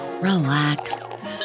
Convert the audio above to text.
relax